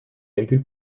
calcul